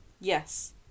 Yes